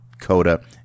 Coda